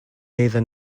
neither